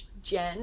Jen